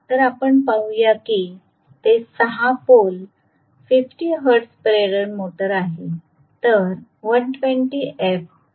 तर आपण हे पाहू की ते 6 पोल 50 हर्ट्ज प्रेरण मोटर आहे